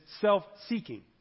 self-seeking